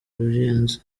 ruyenzi